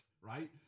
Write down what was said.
right